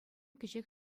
кӗҫех